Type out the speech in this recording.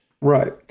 Right